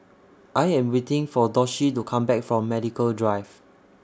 I Am waiting For Doshie to Come Back from Medical Drive